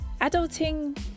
Adulting